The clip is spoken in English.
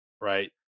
right